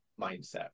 mindset